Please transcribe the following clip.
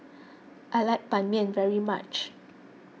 I like Ban Mian very much